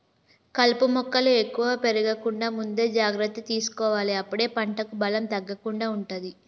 కలుపు మొక్కలు ఎక్కువ పెరగకుండా ముందే జాగ్రత్త తీసుకోవాలె అప్పుడే పంటకు బలం తగ్గకుండా ఉంటది